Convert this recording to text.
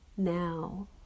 Now